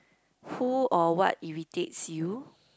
who or what irritates you